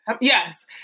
Yes